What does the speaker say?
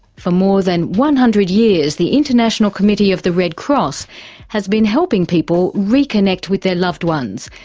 for more than one hundred years, the international committee of the red cross has been helping people reconnect with their loved ones,